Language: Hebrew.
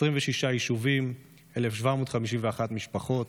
26 יישובים, 1,751 משפחות,